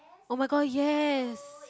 oh-my-god yes